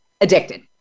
addicted